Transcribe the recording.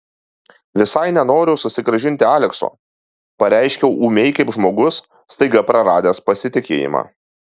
visai nenoriu susigrąžinti alekso pareiškiau ūmiai kaip žmogus staiga praradęs pasitikėjimą